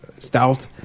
Stout